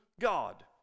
God